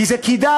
כי זה כדאי.